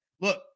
Look